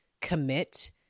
commit